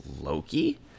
Loki